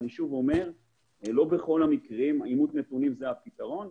אני שוב אומר שלא בכל המקרים אימות הנתונים הוא הפתרון.